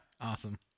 Awesome